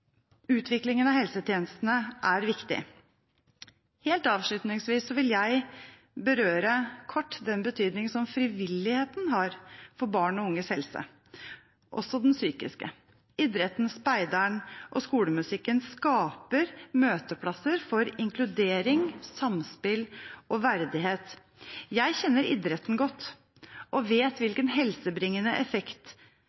utviklingen av helsetjenestene er viktig. Helt avslutningsvis vil jeg kort berøre den betydning som frivilligheten har for barns og unges helse – også den psykiske. Idretten, speideren og skolemusikken skaper møteplasser for inkludering, samspill og verdighet. Jeg kjenner idretten godt og vet